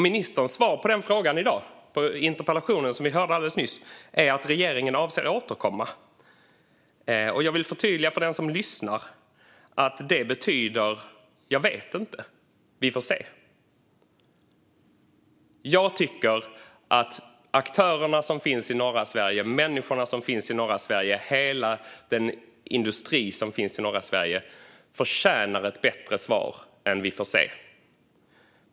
Ministerns svar på frågan i dag, det vill säga det interpellationssvar vi alldeles nyss hörde, är att regeringen avser att återkomma. Jag vill förtydliga för den som lyssnar att det betyder: "Jag vet inte. Vi får se." Jag tycker att aktörerna som finns i norra Sverige, människorna som finns i norra Sverige och hela den industri som finns i norra Sverige förtjänar ett bättre svar än "Vi får se".